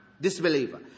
disbeliever